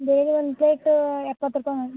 ಬೇರೆ ಒಂದು ಪ್ಲೇಟೂ ಎಪ್ಪತ್ತು ರೂಪಾಯಿ ಮ್ಯಾಮ್